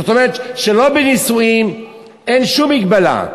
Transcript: זאת אומרת, שלא בנישואין, אין שום מגבלה.